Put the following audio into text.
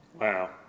Wow